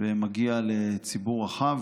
שמגיע לציבור רחב.